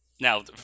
Now